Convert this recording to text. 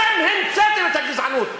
אתם המצאתם את הגזענות.